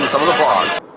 and some of the vlogs.